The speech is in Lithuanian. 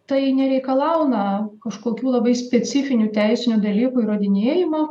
tai nereikalauna kažkokių labai specifinių teisinių dalykų įrodinėjimo